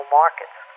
markets